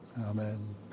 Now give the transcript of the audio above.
Amen